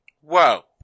Whoa